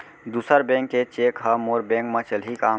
दूसर बैंक के चेक ह मोर बैंक म चलही का?